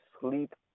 sleep